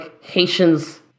Haitians